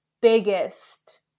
biggest